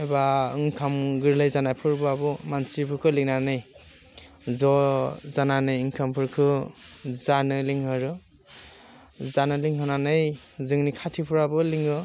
एबा ओंखाम गोरलै जानाय फोरबोआबो मानसिफोरखौ लिंनानै ज' जानानै ओंखामफोरखौ जानो लिंहरो जानो लिंहरनानै जोंनि खाथिफ्राबो लिङो